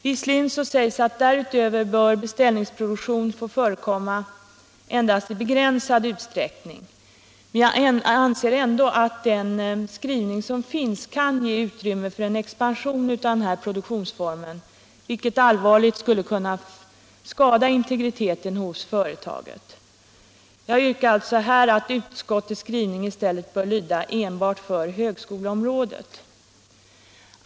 Visserligen sägs det att beställningsproduktion därutöver bör få förekomma endast i begränsad utsträckning, men jag anser ändå att den skrivning som finns kan ge utrymme för en expansion av denna produktionsform, Nr 41 vilket allvarligt skulle SURA ASH integriteten hos företaget: Jag yrkar Onsdagen den här att det i utskottets skrivning bör stå att beställningsprojekt bör få 8 december 1976 göras enbart för högskoleområdet.